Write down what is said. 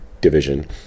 division